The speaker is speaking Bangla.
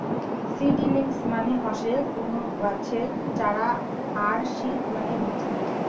সিডিলিংস মানে হসে কুনো গাছের চারা আর সিড মানে বীচি